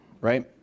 right